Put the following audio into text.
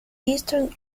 eastern